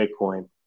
Bitcoin